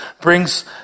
brings